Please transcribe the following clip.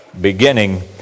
beginning